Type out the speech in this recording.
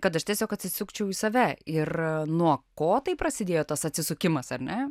kad aš tiesiog atsisukčiau į save ir nuo ko taip prasidėjo tas atsisukimas ar ne